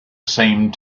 same